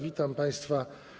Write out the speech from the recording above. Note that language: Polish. Witam państwa.